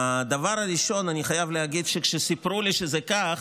הדבר הראשון, אני חייב להגיד שכשסיפרו לי שזה כך,